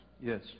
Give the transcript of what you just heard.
Yes